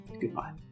goodbye